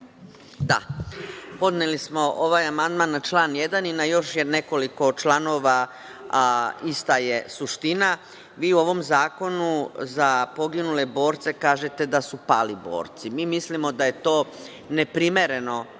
Da, podneli smo ovaj amandman na član 1. i na još nekoliko članova, a ista je suština. Vi u ovom zakonu za poginule borce, kažete da su pali borci. Mi mislimo da je to neprimeren